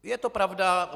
Je to pravda.